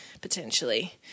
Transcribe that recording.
potentially